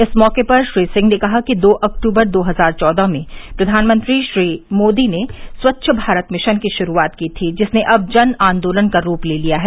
इस मौके पर श्री सिंह ने कहा दो अक्टूबर दो हजार चौदह में प्रधानमंत्री श्री नरेन्द्र मोदी ने स्वच्छ भारत मिशन की शुरूआत की थी जिसने अब जनान्दोलन का रूप ले लिया है